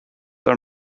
are